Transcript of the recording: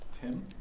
Tim